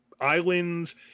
islands